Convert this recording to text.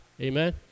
Amen